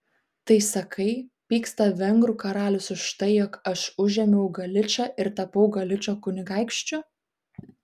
tai sakai pyksta vengrų karalius už tai jog aš užėmiau galičą ir tapau galičo kunigaikščiu